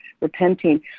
repenting